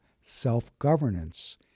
self-governance